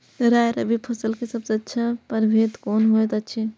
राय रबि फसल के सबसे अच्छा परभेद कोन होयत अछि?